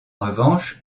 revanche